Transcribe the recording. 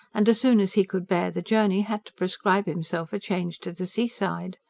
and as soon as he could bear the journey had to prescribe himself a change to the seaside.